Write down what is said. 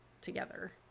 together